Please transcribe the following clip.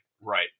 right